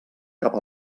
cap